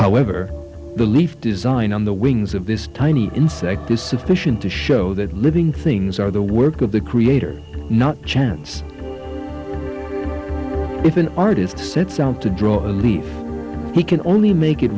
however belief design on the wings of this tiny insect is sufficient to show that living things are the work of the creator not chance if an artist sets out to draw a leaf he can only make it